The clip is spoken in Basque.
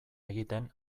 egiten